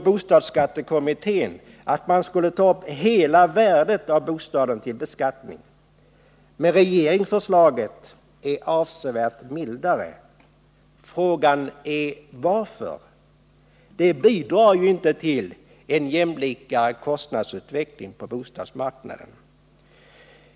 Bostadsskattekommittén föreslog att man skulle ta upp hela värdet av bostaden till beskattning, men regeringsförslaget är avsevärt mildare. Frågan är: Varför? Det bidrar ju inte till en mera jämlik kostnadsutveckling på bostadsmarknaden.